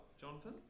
Jonathan